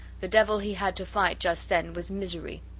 the devil he had to fight just then was misery.